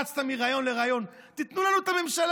רצת מריאיון לריאיון: תנו לנו את הממשלה,